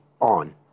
on